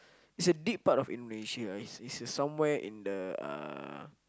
it's a deep part of Indonesia ah it's it's somewhere in the uh